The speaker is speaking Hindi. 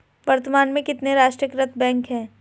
वर्तमान में कितने राष्ट्रीयकृत बैंक है?